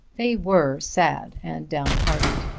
they were sad and downhearted.